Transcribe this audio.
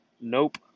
Nope